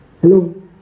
Hello